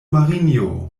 marinjo